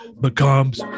becomes